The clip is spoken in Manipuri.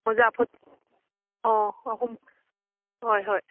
ꯑꯧ ꯑꯍꯨꯝ ꯍꯣꯏ ꯍꯣꯏ